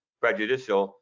prejudicial